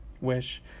Wish